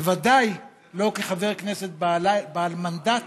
בוודאי לא כחבר כנסת בעל מנדט